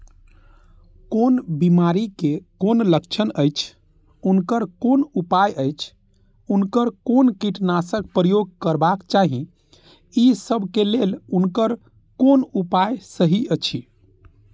कोन बिमारी के कोन लक्षण अछि उनकर कोन उपाय अछि उनकर कोन कीटनाशक प्रयोग करबाक चाही ई सब के लेल उनकर कोन उपाय सहि अछि?